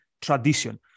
tradition